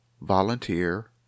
volunteer